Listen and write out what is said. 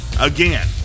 Again